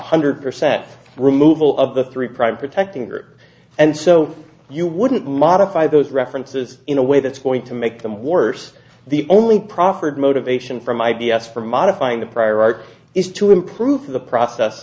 hundred percent removal of the three prime protecting groups and so you wouldn't modify those references in a way that's going to make them worse the only proffered motivation from i d s for modifying the prior art is to improve the process